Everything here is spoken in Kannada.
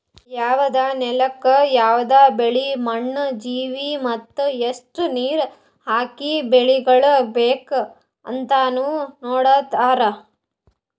ಯವದ್ ನೆಲುಕ್ ಯವದ್ ಬೆಳಿ, ಮಣ್ಣ, ಜೀವಿ ಮತ್ತ ಎಸ್ಟು ನೀರ ಹಾಕಿ ಬೆಳಿಗೊಳ್ ಬೇಕ್ ಅಂದನು ನೋಡತಾರ್